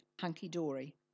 hunky-dory